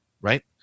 right